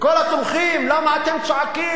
וכל התומכים: למה אתם צועקים?